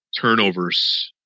turnovers